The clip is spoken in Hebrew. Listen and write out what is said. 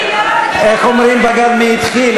איך אומרים בגן: מי התחיל?